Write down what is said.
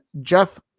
Jeff